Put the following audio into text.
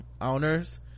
owners